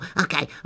Okay